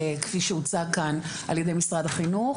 כפי שהוצג כאן על ידי משרד החינוך,